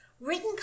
written